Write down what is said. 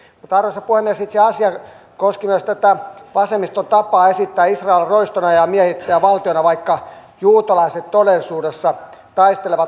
mutta arvoisa puhemies itse asia koski myös tätä vasemmiston tapaa esittää israel roistona ja miehittäjävaltiona vaikka juutalaiset todellisuudessa taistelevat olemassaolonsa puolesta